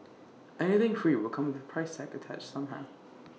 anything free will come with A price tag attached somehow